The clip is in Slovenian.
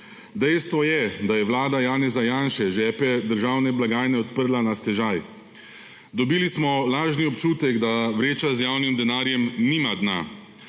Dejstvo je, da je vlada Janeza Janše žepe državne blagajne odprla na stežaj. Dobili smo lažni občutek, da vreča z javnim denarjem nima dna,